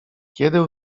kiedy